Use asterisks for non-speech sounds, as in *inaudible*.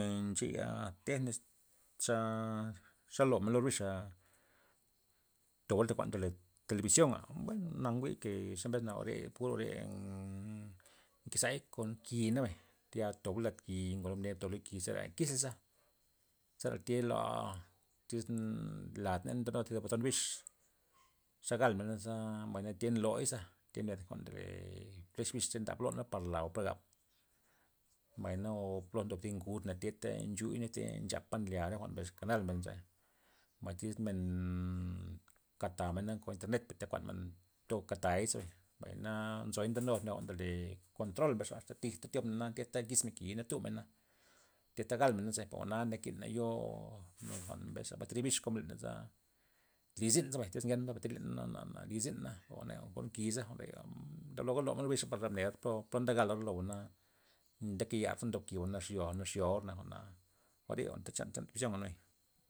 Ncheya tejna este xa lomen lo re orbixa tobor thi jwa'n ndole telebiziona' bueno na njwi' ke xe besna jwa're pur jwa're *hesitation* nkezay kon ki'nabay tayal tobora lad ki' ngolo men ntobla ki' zera kiz ley za, zera tyalo tyz ladney nde nu thi boton bix xa galmena za mbay thien loyza thinned jwa'n ndole pes bix ndab loney par laba par gap, mbay na po ndob thi ngudna thita nxuy thiata nchapa nlia re jwa'n mbesxa kanal mbay tyz men katamen kon internet tya kuanmen po katay ze mbay na nzoy ndenu thi jwa'n ndole kontrol mbezxa' asta tij thiobmen na tayal kismen ki' na tumena', thiata' galmena o jwa'na nakinmena yyo tib ned jwa'n ndole bateri bix komen leneyza nly zina tyz ngenta bateri leney na- na lid zina o jwa'na kon ki'za jwa'reya ndabloga lomena lo orbix par ner po ndegalora loba jwa'na ntekar lo kiba' nax yio nax yi lor jwa'na jware' jwa'n chan telebiziona na.